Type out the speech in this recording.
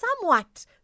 somewhat